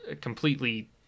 completely